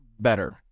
better